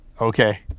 okay